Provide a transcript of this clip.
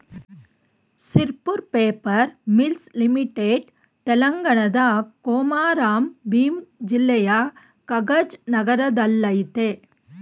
Sirpur paper mills limited ತೆಲಂಗಾಣದ ಕೊಮಾರಂ ಭೀಮ್ ಜಿಲ್ಲೆಯ ಕಗಜ್ ನಗರದಲ್ಲಯ್ತೆ